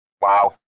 Wow